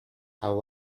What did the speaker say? how